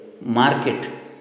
market